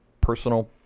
personal